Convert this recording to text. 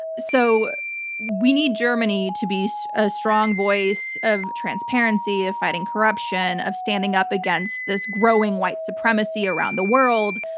so we need germany to be a strong voice of transparency, of fighting corruption, of standing up against this growing white supremacy around the world,